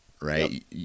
right